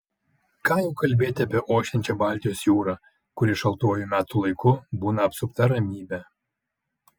ką jau kalbėti apie ošiančią baltijos jūrą kuri šaltuoju metų laiku būna apsupta ramybe